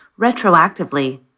retroactively